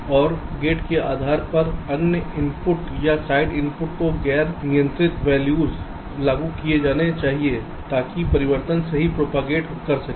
और गेट के आधार पर अन्य इनपुट या साइड इनपुट को गैर नियंत्रित मान लागू किया जाना चाहिए ताकि परिवर्तन सही प्रोपागेट कर सके